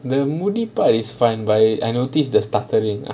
the movie plot is fine but I I notice the sparkling ah